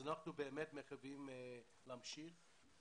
אנחנו מקווים להמשיך בזה.